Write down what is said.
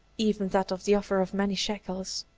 even that of the offer of many shekels.